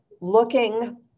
Looking